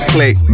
Click